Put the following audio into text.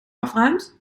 afruimt